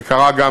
זה קרה גם